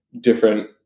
different